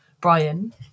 Brian